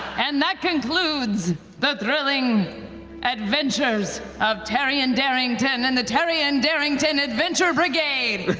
and that concludes the thrilling adventures of taryon darrington and the taryon darrington adventure brigade.